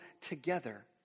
together